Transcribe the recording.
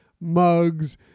mugs